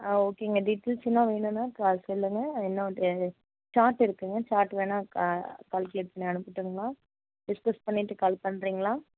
ஆ ஓகேங்க பீச் கீச்சுலாம் வேணுன்னா க சொல்லுங்கள் என்ன சார்ட் இருக்குங்க சார்ட் வேணா கால்குலேட் பண்ணி அனுப்பி விட்டுறேங்க டிஸ்கஸ் பண்ணிவிட்டு கால் பண்றிங்களா